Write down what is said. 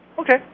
Okay